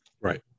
Right